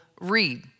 read